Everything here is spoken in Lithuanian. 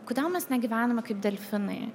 kodėl mes negyvename kaip delfinai